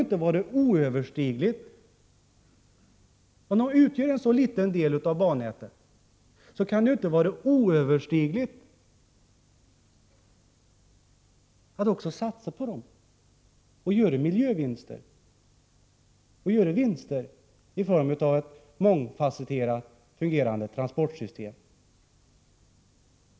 Om de nu utgör en så liten del av bannätet kan det inte vara något oöverstigligt problem att satsa på dem och därigenom göra miljövinster och vinster i form av ett mångfasetterat fungerande transportsystem.